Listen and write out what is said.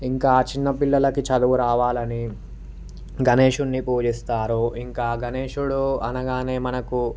ఇంకా చిన్న పిల్లలకు చదువు రావాలని గణేషుణ్ణి పూజిస్తారు ఇంకా గణేషుడు అనగానే మనకు